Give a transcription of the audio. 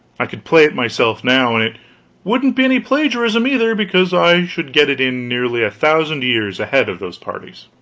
i could play it myself, now, and it wouldn't be any plagiarism, either, because i should get it in nearly a thousand years ahead of those parties.